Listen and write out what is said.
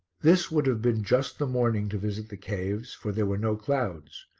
this would have been just the morning to visit the caves, for there were no clouds.